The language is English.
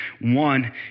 One